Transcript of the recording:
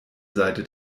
seite